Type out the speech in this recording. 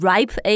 Ripe